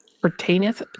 Pertaineth